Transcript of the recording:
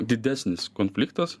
didesnis konfliktas